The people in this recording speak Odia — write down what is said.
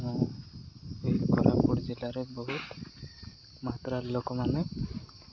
ଏହି କୋରାପୁଟ ଜିଲ୍ଲାରେ ବହୁତ ମାତ୍ରାରେ ଲୋକମାନେ